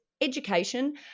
education